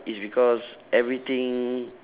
is because everything